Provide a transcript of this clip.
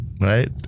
right